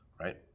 Right